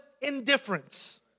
indifference